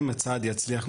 אם הצעד יצליח,